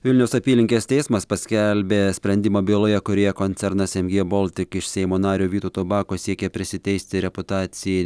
vilniaus apylinkės teismas paskelbė sprendimą byloje kurioje koncernas mg baltic iš seimo nario vytauto bako siekia prisiteisti reputacijai